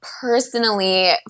personally